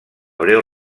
breu